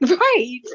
Right